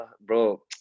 Bro